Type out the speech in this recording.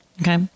okay